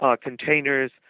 containers